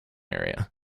area